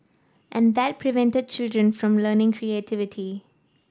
and that prevented children from learning creativity